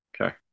okay